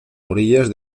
orillas